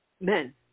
men